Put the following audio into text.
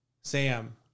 Sam